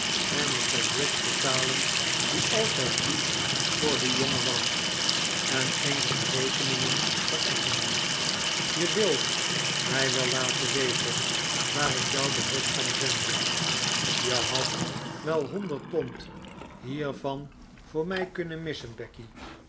en ik zal briggs betalen die altijd lief voor den jongen was en enkele rekeningen vereffenen je wilt mij wel laten weten waar ik jou de rest kan zenden je had wel honderd pond hiervan voor mij kunnen missen becky